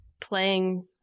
playing